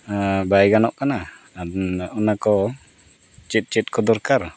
ᱵᱟᱭ ᱜᱟᱱᱚᱜ ᱠᱟᱱᱟ ᱚᱱᱟ ᱠᱚ ᱪᱮᱫ ᱪᱮᱫ ᱠᱚ ᱫᱚᱨᱠᱟᱨ